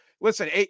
Listen